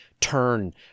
turn